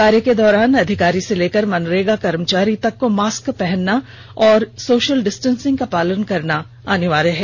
कार्य के दौरान अधिकारी से लेकर मनरेगा कर्मचारी तक को मास्क पहनना और सोशल डिस्टेंसिंग का पालन करना अनिवार्य है